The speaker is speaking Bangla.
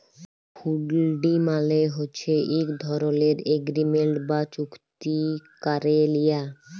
হুল্ডি মালে হছে ইক ধরলের এগ্রিমেল্ট বা চুক্তি ক্যারে লিয়া